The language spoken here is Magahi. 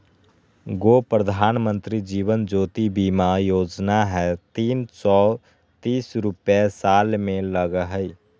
गो प्रधानमंत्री जीवन ज्योति बीमा योजना है तीन सौ तीस रुपए साल में लगहई?